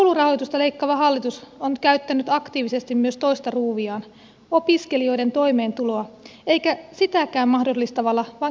koulurahoitusta leikkaava hallitus on nyt käyttänyt aktiivisesti myös toista ruuviaan opiskelijoiden toimeentuloa eikä sitäkään mahdollistavalla vaan kiristävällä tavalla